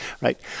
Right